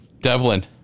devlin